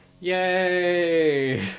Yay